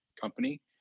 company